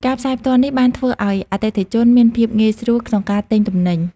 ការផ្សាយផ្ទាល់នេះបានធ្វើឱ្យអតិថិជនមានភាពងាយស្រួលក្នុងការទិញទំនិញ។